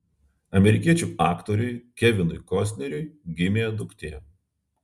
amerikiečių aktoriui kevinui kostneriui gimė duktė